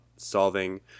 solving